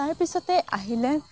তাৰপিছতে আহিলে